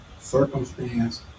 Circumstance